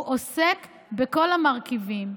הוא עוסק בכל המרכיבים: